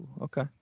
okay